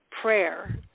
prayer